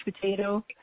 potato